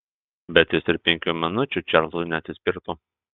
bet jis ir penkių minučių čarlzui neatsispirtų